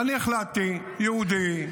ואני החלטתי: יהודי,